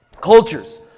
cultures